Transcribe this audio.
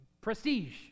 prestige